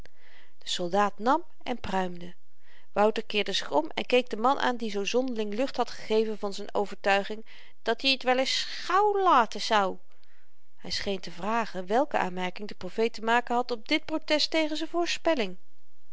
soldaat nam en pruimde wouter keerde zich om en keek den man aan die zoo zonderling lucht had gegeven aan z'n overtuiging dat-i t wel s s gauw late sou hy scheen te vragen welke aanmerking de profeet te maken had op dit protest tegen z'n voorspelling